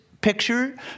picture